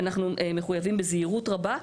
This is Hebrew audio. אנחנו מחויבים בזהירות רבה.